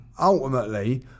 ultimately